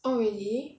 oh really